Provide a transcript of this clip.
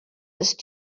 ist